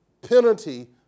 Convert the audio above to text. penalty